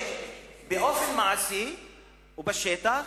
באופן מעשי ובשטח